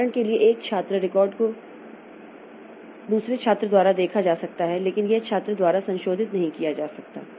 उदाहरण के लिए एक छात्र रिकॉर्ड को एक छात्र द्वारा देखा जा सकता है लेकिन यह छात्र द्वारा संशोधित नहीं किया जा सकता है